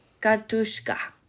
Kartushka